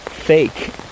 fake